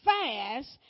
fast